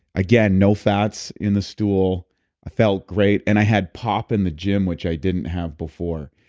again, no fats in the stool. i felt great. and i had pop in the gym, which i didn't have before.